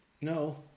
No